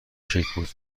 شکل